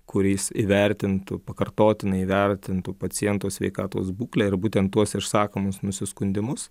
kuris įvertintų pakartotinai įvertintų paciento sveikatos būklę ir būtent tuos išsakomus nusiskundimus